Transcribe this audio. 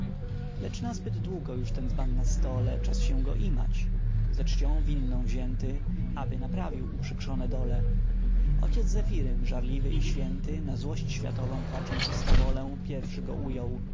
lecz nazbyt długo już ten dzban na stole czas się go imać ze czcią winną wzięty aby naprawił uprzykrzone dole ojciec zefiryn żarliwy i święty na złość światową płacząc i swawole pierwszy go ujął